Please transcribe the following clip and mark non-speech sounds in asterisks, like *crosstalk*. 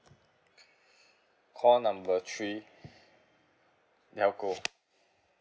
*breath* call number three telco